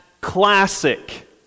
classic